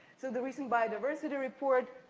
so, the recent biodiversity report